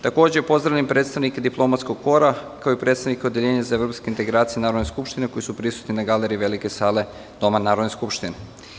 Takođe pozdravljam i predstavnike diplomatskog kora, kao i predstavnike Odeljenja za evropske integracije Narodne skupštine, koji su prisutni na galeriji Velike sale Doma Narodne skupštine.